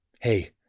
Hey